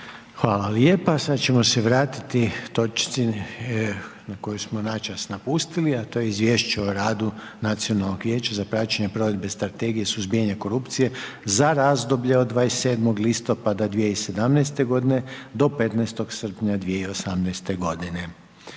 Hvala lijepa, sad ćemo se vratiti točci na koju smo načas napustili, a to je izvješće o radu Nacionalnog vijeća za praćenje provedbe strategije suzbijanja korupcije za razdoblje od 27. listopada 2017. do 15. srpnja 2018. godine.